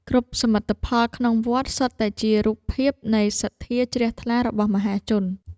គ្រប់សមិទ្ធផលក្នុងវត្ត សុទ្ធតែជារូបភាពនៃសទ្ធាជ្រះថ្លារបស់មហាជន។